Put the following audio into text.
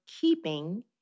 keeping